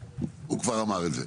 הוא כבר אמר את זה,